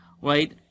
right